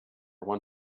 one